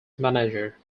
manager